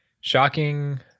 shocking